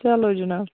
چلو جِناب